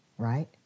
Right